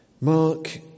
Mark